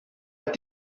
hat